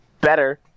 better